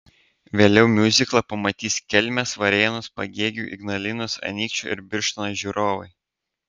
vėliau miuziklą pamatys kelmės varėnos pagėgių ignalinos anykščių ir birštono žiūrovai